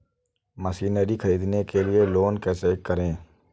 Machinery ख़रीदने के लिए लोन कैसे करें?